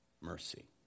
mercy